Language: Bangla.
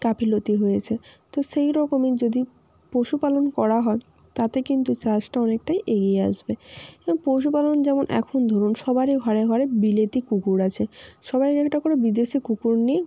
গাফিলতি হয়েছে তো সেইরকমই যদি পশুপালন করা হয় তাতে কিন্তু চাষটা অনেকটাই এগিয়ে আসবে পশুপালন যেমন এখন ধরুন সবারই ঘরে ঘরে বিলাতি কুকুর আছে সবাই একটা করে বিদেশি কুকুর নিয়ে